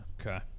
Okay